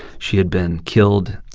she had been killed.